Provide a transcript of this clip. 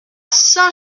saint